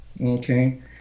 okay